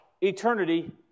eternity